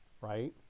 right